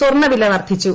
സ്വർണവില വർദ്ധിച്ചു